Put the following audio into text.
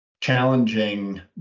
challenging